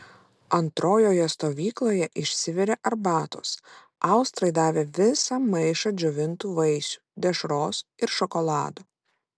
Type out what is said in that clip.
antrojoje stovykloje išsivirė arbatos austrai davė visą maišą džiovintų vaisių dešros ir šokolado